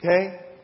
Okay